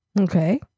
okay